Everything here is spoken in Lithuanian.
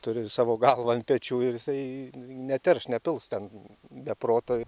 turi ir savo galvą ant pečių ir jisai neterš nepils ten be proto